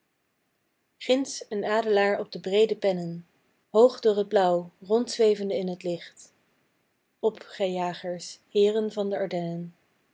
ginds een adelaar op de breede pennen hoog door t blauw rondzwevende in het licht op gij jagers heeren van de ardennen